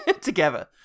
together